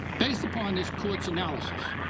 based upon this court's analysis,